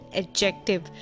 adjective